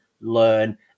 learn